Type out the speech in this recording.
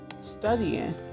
studying